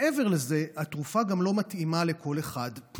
מעבר לזה, התרופה גם לא מתאימה לכל אחד.